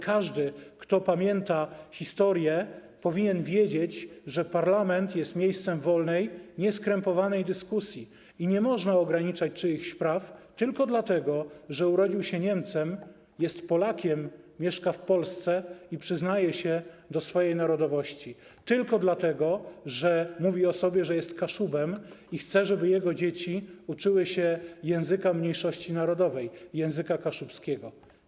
Każdy, kto pamięta historię, powinien wiedzieć, że parlament jest miejscem wolnej, nieskrępowanej dyskusji i nie można ograniczać czyichś praw tylko dlatego, że urodził się Niemcem - jest Polakiem, mieszka w Polsce i przyznaje się do swojej narodowości - tylko dlatego, że mówi o sobie, że jest Kaszubem, i chce, żeby jego dzieci uczyły się języka mniejszości narodowej, języka kaszubskiego.